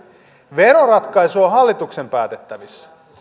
veroratkaisu on hallituksen päätettävissä